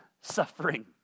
suffering